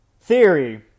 theory